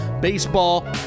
baseball